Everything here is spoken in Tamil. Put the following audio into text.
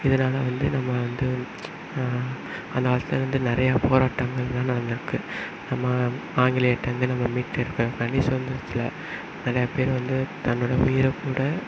இதனால் வந்து நம்ம வந்து அந்த காலத்திலேருந்து நிறையா போராட்டங்களெலாம் நடந்திருக்கு நம்ம ஆங்கிலேயர்கிட்டேயிருந்து நம்மை மீட்டு எடுக்கிறதுக்காண்டி சுதந்திரத்தில் நிறைய பேர் வந்து தன்னோடய உயிரை கூட